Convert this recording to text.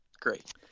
Great